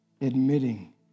admitting